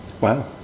Wow